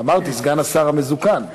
אמרתי סגן השר המזוקן.